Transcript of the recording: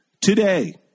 Today